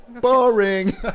Boring